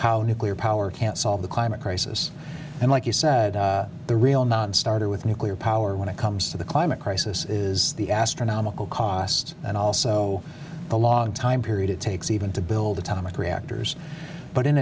you clean power can't solve the climate crisis and like you said the real nonstarter with nuclear power when it comes to the climate crisis is the astronomical cost and also the long time period it takes even to build atomic reactors but in